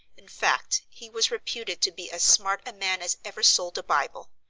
in fact, he was reputed to be as smart a man as ever sold a bible.